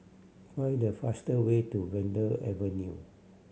find the faster way to Vanda Avenue